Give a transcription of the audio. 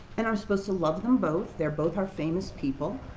and are supposed to love them both, they're both our famous people.